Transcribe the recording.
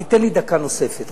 תן לי דקה נוספת.